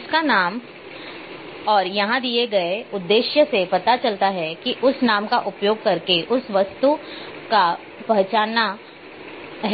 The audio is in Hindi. इसके नाम और यहां दिए गए उद्देश्य से पता चलता है कि उस नाम का उपयोग करके उस वस्तु को पहचानना